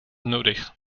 nodig